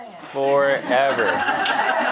Forever